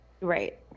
right